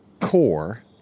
core